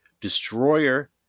Destroyer